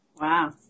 Wow